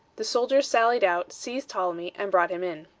the soldiers sallied out, seized ptolemy, and brought him in.